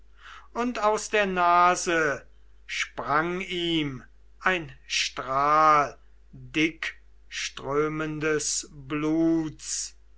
und aus der nase sprang ihm ein strahl dickströmenden bluts